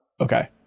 Okay